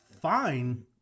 fine